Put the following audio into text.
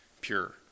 pure